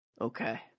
Okay